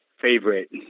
favorite